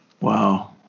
Wow